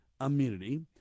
immunity